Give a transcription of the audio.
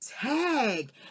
tag